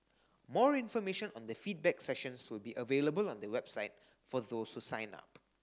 more information on the feedback sessions will be available on the website for those who sign up